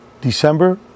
December